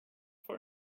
for